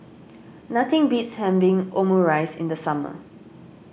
nothing beats having Omurice in the summer